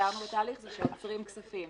שתיאמנו בתהליך הוא שעוצרים כספים.